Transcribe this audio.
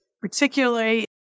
particularly